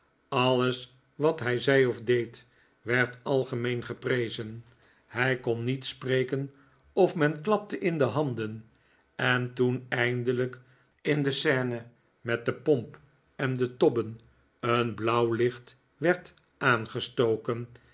alles wat hij zei of deed werd algemeen geprezen hij kon niet spreken of men klapte in de handen en toen eindelijk in de scene met de pomp en de tobben een blauw licht werd aangestoken